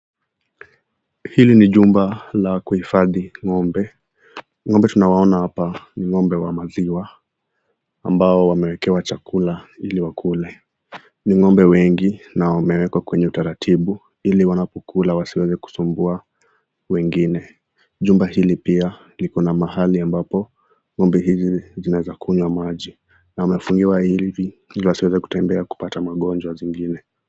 Hili ni jumba la kuhifadhi ng'ombe , ng'ombe tunaowaona hapa ni ng'ombe wa maziwa ambao wamewekewa chakula ili wakule ni ng'ombe wengi na wamewekwa kwenye utaratibu ili wanapokula wasiweze kusumbua wengine, jumba hili pia liko na mahali ambapo ng'ombe hizi zinaweza kunywa maji na wanafanyiwa hivi ili wasiweze kutumbea kupata magonjwa zingine.